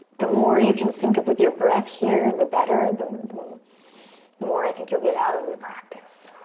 the more you can sync up with your breath here the better. the the the more i think you'll get out of the practice.